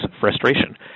frustration